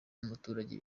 n’umuturage